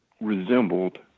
resembled